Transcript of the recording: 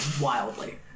wildly